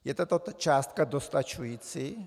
Je tato částka dostačující?